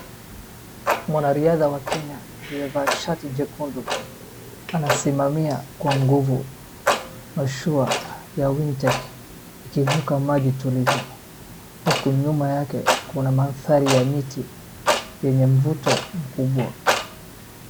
Mwanariadha wa Kenya aliyevaa shati jekundu anasimamia kwa nguvu mashua ya Winteck ikivuka maji tulivu huku nyuma yake kuna mandhari ya miti yenye mvuto mkubwa.